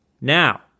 Now